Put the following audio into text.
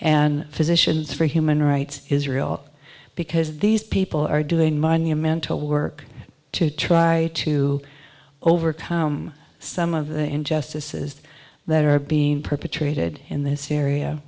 and physicians for human rights israel because these people are doing monumental work to try to overcome some of the injustices that are being perpetrated in this area